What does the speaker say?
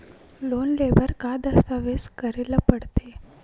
Loan ले बर का का दस्तावेज करेला पड़थे?